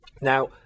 Now